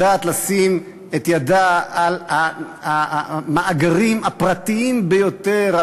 יודעת לשים את ידה על המאגרים הפרטיים ביותר,